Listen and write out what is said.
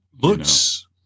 Looks